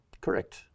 correct